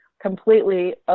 completely